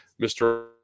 mr